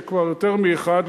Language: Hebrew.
כבר יותר מאחד,